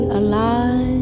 alive